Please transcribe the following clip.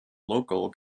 local